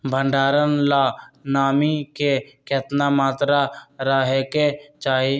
भंडारण ला नामी के केतना मात्रा राहेके चाही?